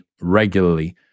regularly